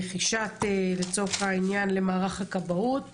רכישה למערך הכבאות